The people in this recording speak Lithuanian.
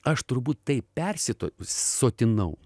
aš turbūt taip persisotinau